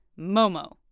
Momo